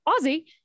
Aussie